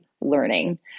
learning